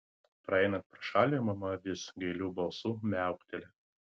praeinant pro šalį mama vis gailiu balsu miaukteli